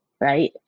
right